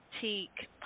Teak